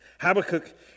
Habakkuk